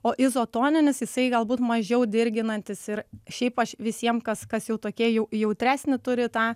o izotoninis jisai galbūt mažiau dirginantis ir šiaip aš visiem kas kas jau tokie jau jautresnę turi tą